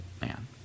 man